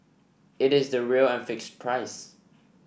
it is the real and fixed price